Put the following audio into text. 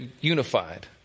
unified